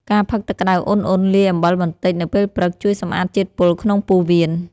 ការផឹកទឹកក្តៅឧណ្ហៗលាយអំបិលបន្តិចនៅពេលព្រឹក ជួយសម្អាតជាតិពុលក្នុងពោះវៀន។